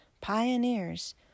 pioneers